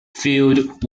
field